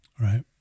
Right